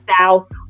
South